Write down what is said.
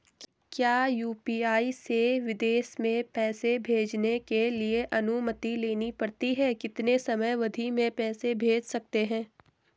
क्या यु.पी.आई से विदेश में पैसे भेजने के लिए अनुमति लेनी पड़ती है कितने समयावधि में पैसे भेज सकते हैं?